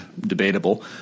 debatable